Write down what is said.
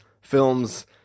films